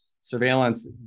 surveillance